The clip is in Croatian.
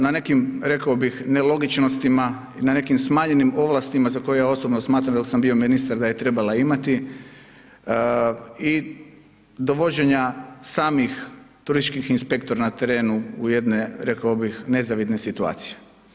Na nekim rekao bih nelogičnostima, na nekim smanjenim ovlastima za koje ja osobno smatram dok sam bio ministar da je trebala imati i dovođenja samih turističkih inspektora na terenu u jednoj rekao bih nezavidnoj situaciji.